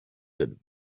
that